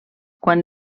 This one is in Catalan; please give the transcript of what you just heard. quan